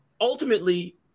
ultimately